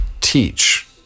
teach